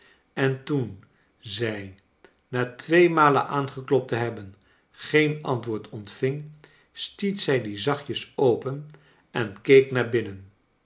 en toen zij na twee malen aangeklopt te hebben geen antwoord ontving stiet zij die zachtjes open en keek naar binnen